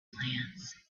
glance